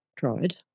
tried